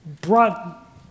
brought